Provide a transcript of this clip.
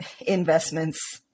investments